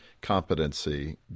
competency